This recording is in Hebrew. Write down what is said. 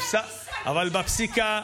רק, חתמתם על המכתב הזה.